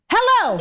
Hello